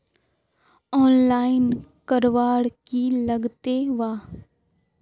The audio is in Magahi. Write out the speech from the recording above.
आनलाईन करवार की लगते वा?